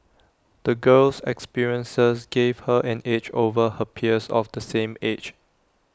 the girl's experiences gave her an edge over her peers of the same age